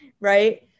right